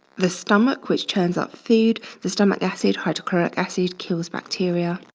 the stomach which churns out food. the stomach acid, hydrochloric acid kills bacteria.